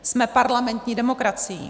Jsme parlamentní demokracií.